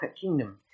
kingdom